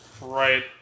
Right